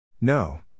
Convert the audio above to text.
No